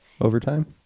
Overtime